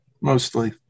mostly